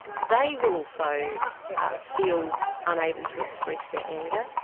they will also feel unable to express their anger.